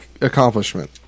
accomplishment